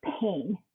pain